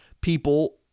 people